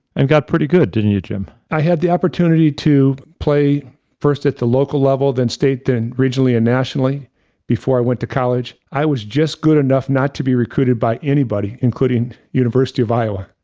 and got pretty good, didn't you, jim? i had the opportunity to play first at the local level then state then regionally and nationally before i went to college, i was just good enough not to be recruited by anybody, including university of iowa.